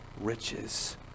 riches